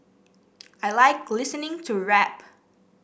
I like listening to rap